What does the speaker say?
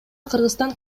кыргызстан